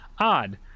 Odd